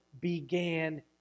began